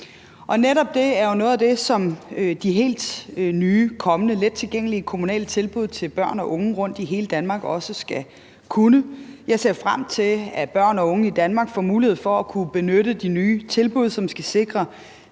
det er jo noget af det, som de helt nye, kommende lettilgængelige kommunale tilbud til børn og unge rundt i hele Danmark også skal kunne. Jeg ser frem til, at børn og unge i Danmark får mulighed for at kunne benytte de nye tilbud, som skal sikre